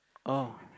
oh